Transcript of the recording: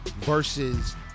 versus